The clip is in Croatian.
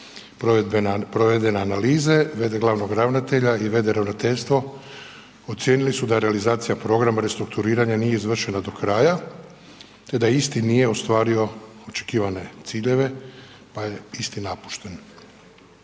provedene analize v.d. glavnog ravnatelja i v.d. ravnateljstvo ocijenili su da realizacija programa restrukturiranja nije izvršena do kraja te da isti nije ostvario očekivane ciljeve pa je isti napušten.